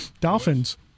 dolphins